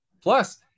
Plus